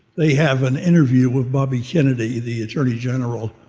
they have an interview with bobby kennedy, the attorney general,